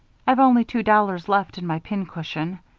i've only two dollars left in my pincushion.